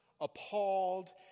appalled